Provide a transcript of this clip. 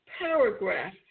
paragraph